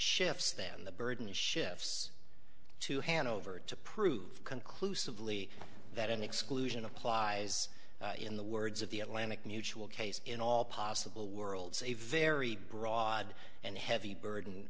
shifts then the burden shifts to hanover to prove conclusively that an exclusion applies in the words of the atlantic mutual case in all possible worlds a very broad and heavy burden